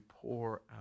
pour